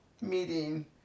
meeting